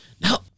Now